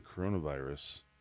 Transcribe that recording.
coronavirus